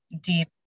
deep